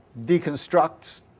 deconstructs